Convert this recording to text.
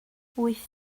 wyth